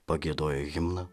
pagiedoję himną